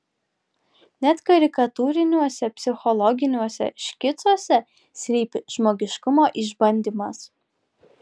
net karikatūriniuose psichologiniuose škicuose slypi žmogiškumo išbandymas